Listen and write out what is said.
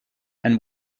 and